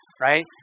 Right